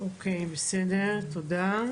בסדר, תודה.